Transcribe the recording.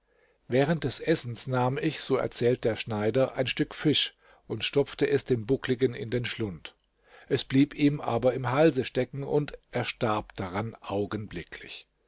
während des essens nahm ich so erzählt der schneider ein stück fisch und stopfte es dem buckligen in den schlund es blieb ihm aber im halse stecken und er starb daran augenblicklich